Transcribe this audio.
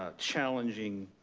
ah challenging